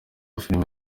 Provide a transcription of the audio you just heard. filime